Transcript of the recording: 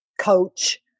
coach